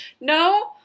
no